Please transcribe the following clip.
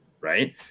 Right